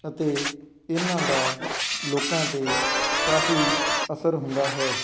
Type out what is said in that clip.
ਅਤੇ ਇਹਨਾਂ ਦਾ ਲੋਕਾਂ ਦੇ ਕਾਫੀ ਅਸਰ ਹੁੰਦਾ ਹੈ